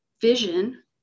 vision